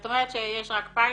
אז את אומרת שיש רק פיילוט,